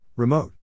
Remote